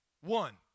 one